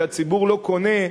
שהציבור לא קונה,